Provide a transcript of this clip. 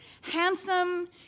handsome